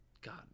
God